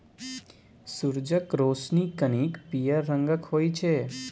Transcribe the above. सुरजक रोशनी कनिक पीयर रंगक होइ छै